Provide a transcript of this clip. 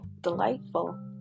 delightful